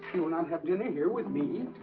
you will not have dinner here with me?